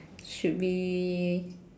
should be